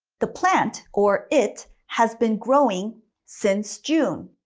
the plant or it has been growing since june.